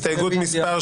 הסתייגות ב.